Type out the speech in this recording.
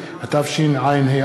כי הונחה